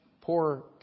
poor